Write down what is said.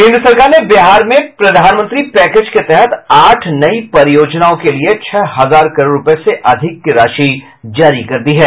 केंद्र सरकार ने बिहार में प्रधानमंत्री पैकेज के तहत आठ नई परियोजनाओं के लिये छह हजार आठ सौ करोड़ रूपये से अधिक की राशि जारी कर दी है